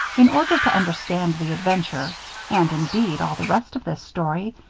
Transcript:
in order to understand the adventure and, indeed, all the rest of this story,